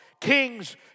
Kings